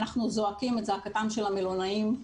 אנחנו זועקים את זעקתם של המלונאים.